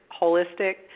Holistic